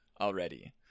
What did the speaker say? already